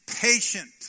patient